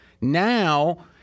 Now